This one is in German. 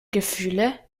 gefühle